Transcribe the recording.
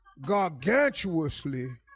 gargantuously